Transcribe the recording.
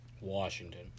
Washington